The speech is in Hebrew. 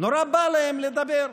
נורא בא להם לדבר.